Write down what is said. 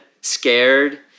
scared